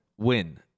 win